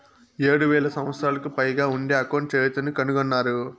ఏడు వేల సంవత్సరాలకు పైగా ఉండే అకౌంట్ చరిత్రను కనుగొన్నారు